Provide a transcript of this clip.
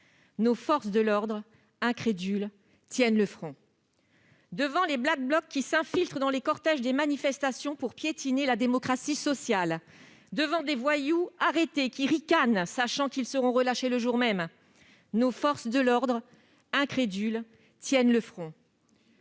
nos forces de l'ordre, incrédules, tiennent le front. Face aux Black Blocs qui s'infiltrent dans les cortèges des manifestations pour piétiner la démocratie sociale, face aux voyous arrêtés qui ricanent, sachant qu'ils seront relâchés le jour même, nos forces de l'ordre, incrédules, tiennent le front.